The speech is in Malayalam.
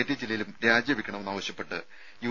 ടി ജലീലും രാജിവെയ്ക്കണമെന്നാവശ്യപ്പെട്ട് യു